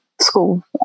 school